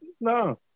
No